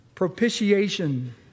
propitiation